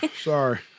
Sorry